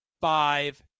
five